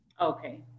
Okay